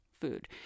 food